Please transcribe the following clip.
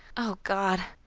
oh god!